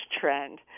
trend